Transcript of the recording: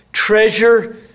Treasure